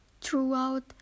throughout